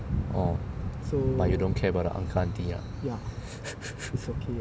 oh but you don't care about the uncle auntie ah